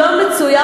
אני מעריכה